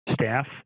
staff